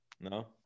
no